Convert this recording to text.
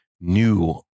new